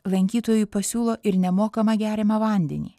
lankytojui pasiūlo ir nemokamą geriamą vandenį